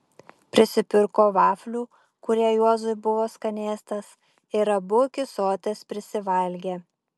prisipirko vaflių kurie juozui buvo skanėstas ir abu iki soties prisivalgė